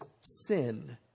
sin